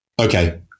Okay